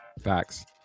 Facts